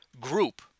group